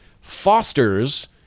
fosters